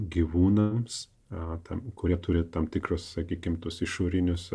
gyvūnams ratams kurie turi tam tikrus sakykim tuos išorinius